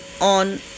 on